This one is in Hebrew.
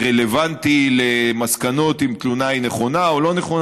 רלוונטי למסקנות אם תלונה היא נכונה או לא נכונה.